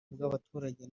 bw’abaturage